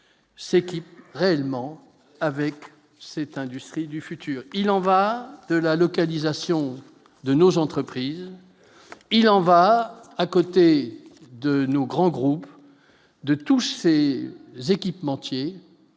s'équipent réellement avec c'est industries du futur, il en va de la localisation de nos entreprises, il en va, à côté de nos grands groupes de touches c'est équipementiers